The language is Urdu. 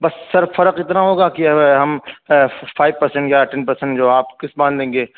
بس سر فرق اتنا ہوگا کہ ہم فائیو پرسنٹ یا ٹین پرسنٹ جو آپ قسط باندھ لیں گے